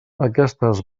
aquestes